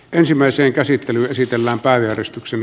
ensimmäisen käsittely esitellään pääjäristyksen